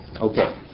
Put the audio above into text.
Okay